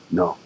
no